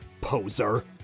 poser